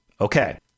Okay